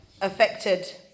affected